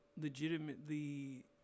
legitimately